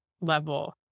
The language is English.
level